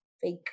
fake